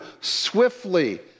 swiftly